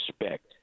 respect